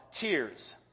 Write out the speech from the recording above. Cheers